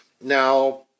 Now